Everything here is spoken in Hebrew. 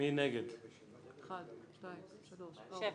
לסעיף 1 לא נתקבלה.